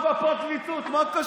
ולדימיר, אתה עושה הפוך ממה שצריך.